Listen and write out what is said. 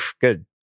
good